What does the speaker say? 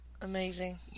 Amazing